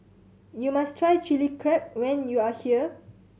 you must try Chilli Crab when you are here